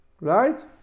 right